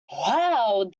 wow